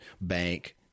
bank